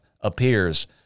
appears